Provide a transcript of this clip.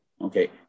Okay